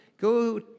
Go